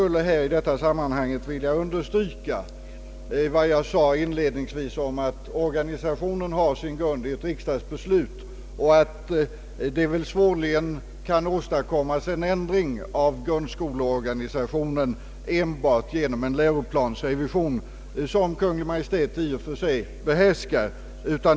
I detta sammanhang vill jag understryka vad jag inledningsvis sade, att organisationen har sin grund i ett riksdagsbeslut och att det svårligen kan åstadkommas en ändring av grundskoleorganisationen enbart genom en läroplansrevision som Kungl. Maj:t i och för sig behärskar.